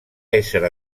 ésser